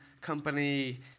company